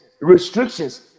restrictions